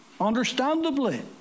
understandably